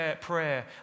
prayer